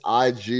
IG